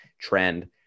trend